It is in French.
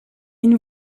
une